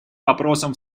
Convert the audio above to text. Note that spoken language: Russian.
вопросам